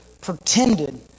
pretended